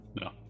No